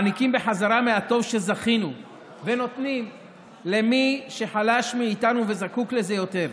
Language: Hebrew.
מעניקים בחזרה מהטוב שזכינו לו ונותנים למי שחלש מאיתנו וזקוק לזה יותר.